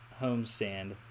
homestand